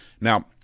Now